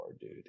dude